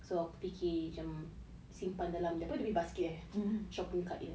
so aku fikir cam simpan dalam apa dia punya basket eh shopping cart dia